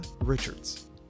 richards